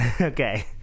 Okay